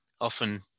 often